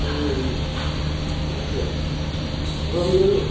ए हुन्छ र मेरो